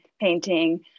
painting